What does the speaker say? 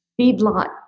feedlot